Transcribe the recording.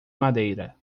madeira